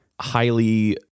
highly